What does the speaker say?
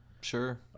Sure